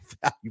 value